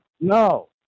No